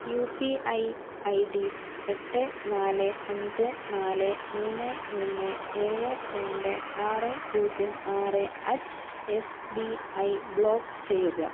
U P I I D എട്ട് നാല് അഞ്ച് നാല് മൂന്ന് മൂന്ന് ഏഴ് രണ്ട് ആറ് പൂജ്യം ആറ് at S B I block ചെയ്യുക